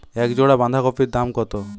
এক জোড়া বাঁধাকপির দাম কত?